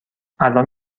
الان